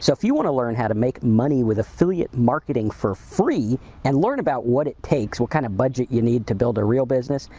so if you wanna learn how to make money with affiliate marketing for free and learn about what it takes, what kind of budget you need to build a real business,